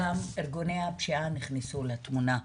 גם ארגוני הפשיעה נכנסו לתמונה,